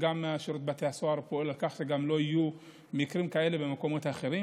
וגם שירות בתי הסוהר פועל כך שלא יהיו מקרים כאלה גם במקומות אחרים.